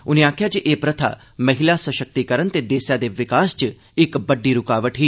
उनें आखेआ जे एह प्रथा महिला सशक्तिकरण ते देसै दे विकास च इक बड्डी रूकावट ही